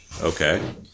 Okay